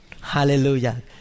Hallelujah